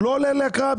הוא לא עולה להקראה.